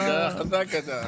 אתה חזק, אתה.